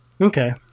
Okay